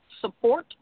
support